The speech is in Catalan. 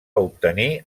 obtenir